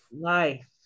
Life